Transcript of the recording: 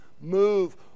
move